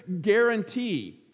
guarantee